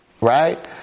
right